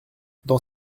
dans